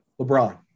LeBron